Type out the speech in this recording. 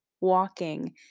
walking